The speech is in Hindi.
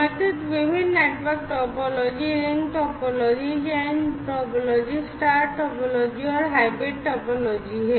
समर्थित विभिन्न network topology ring topology chain topology star topology और हाइब्रिड टोपोलॉजी हैं